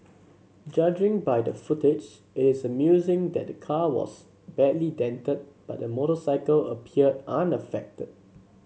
judging by the footage it is amusing that the car was badly dented but the motorcycle appeared unaffected